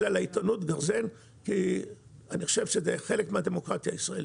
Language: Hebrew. על העיתונות הכתובה גרזן כי זה חלק מהדמוקרטיה הישראלית.